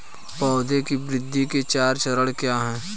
पौधे की वृद्धि के चार चरण क्या हैं?